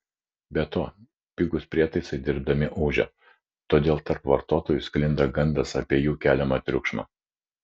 be to pigūs prietaisai dirbdami ūžia todėl tarp vartotojų sklinda gandas apie jų keliamą triukšmą